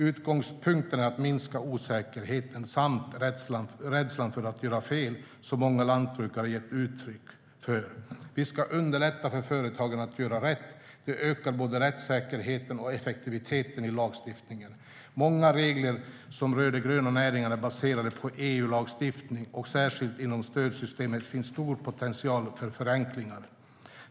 Utgångspunkten är att minska osäkerheten och rädslan för att göra fel, som många lantbrukare gett uttryck för. Vi ska underlätta för företagen att göra rätt. Det ökar både rättssäkerheten och effektiviteten i lagstiftningen. Många regler som rör de gröna näringarna baseras på EU-lagstiftning, och särskilt inom stödsystemen finns stor potential för förenklingar.